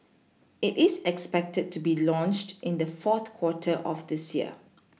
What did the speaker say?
it is expected to be launched in the fourth quarter of this year